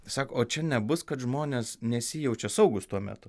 sako o čia nebus kad žmonės nesijaučia saugūs tuo metu